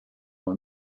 one